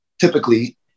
Typically